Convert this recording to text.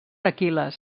aquil·les